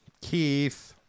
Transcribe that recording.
Keith